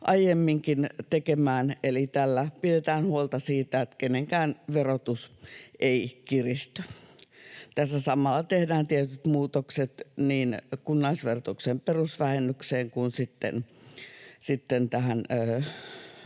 aiemminkin tekemään, eli tällä pidetään huolta siitä, että kenenkään verotus ei kiristy. Tässä samalla tehdään tietyt muutokset niin kunnallisverotuksen perusvähennykseen kuin sitten tähän